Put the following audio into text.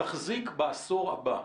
תחזיק בעשור הבא.